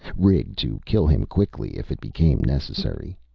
rigged to kill him quickly if it became necessary.